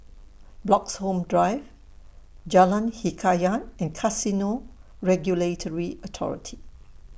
Bloxhome Drive Jalan Hikayat and Casino Regulatory Authority